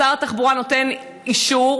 שר התחבורה נותן אישור.